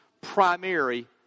primary